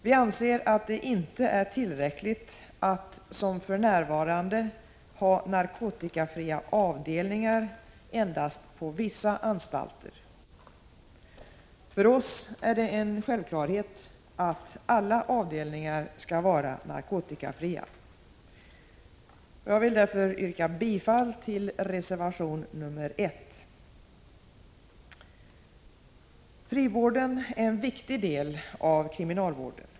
Vi anser att det inte är tillräckligt att som för närvarande ha narkotikafria avdelningar endast på vissa anstalter. För oss är det en självklarhet att alla avdelningar skall vara narkotikafria. Jag vill med det anförda yrka bifall till reservation nr 1. Frivården är en viktig del av kriminalvården.